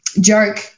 joke